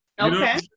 Okay